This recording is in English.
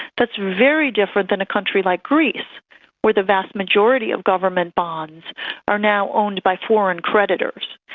that's very different than a country like greece where the vast majority of government bonds are now owned by foreign creditors.